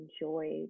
enjoy